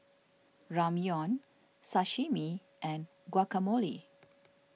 Ramyeon Sashimi and Guacamole